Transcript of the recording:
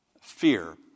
fear